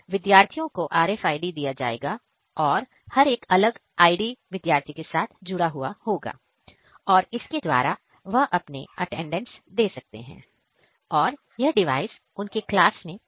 विद्यार्थियों को RFID दिया जाएगा और हर एक अलग ID विद्यार्थी के साथ जुड़ा हुआ होगा और इसके द्वारा वह अपने अटेंडेंस दे सकते हैं और यह डिवाइस उनके क्लास में होगा